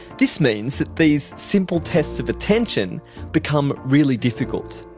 this means that these simple tests of attention become really difficult.